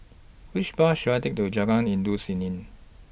Which Bus should I Take to Jalan Endut Senin